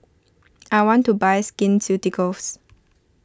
I want to buy Skin Suitycoats